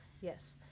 Yes